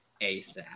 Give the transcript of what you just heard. ASAP